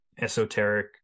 esoteric